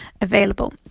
available